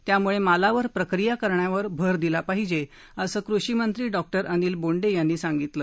त्यामुळे मालावर प्रक्रिया करण्यावर भर दिला पाहिजे असं कृषी मंत्री डॉक्टर अनिल बोंडे यांनी सांगितलं